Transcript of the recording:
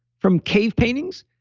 from cave paintings,